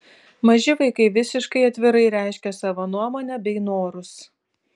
maži vaikai visiškai atvirai reiškia savo nuomonę bei norus